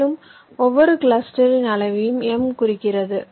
மேலும் ஒவ்வொரு கிளஸ்டரின் அளவையும் m குறிக்கிறது